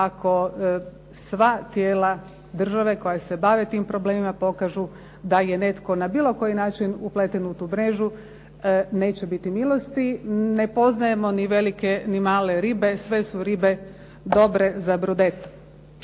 ako sva tijela države koja se bave tim problemima, pokažu da je netko na bilo koji način upleten u tu mrežu, neće biti milosti. Ne poznajemo ni velike, ni male ribe. Sve su ribe dobre za brodet.